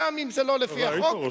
גם אם זה לא לפי החוק,